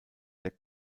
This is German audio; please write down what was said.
der